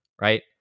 right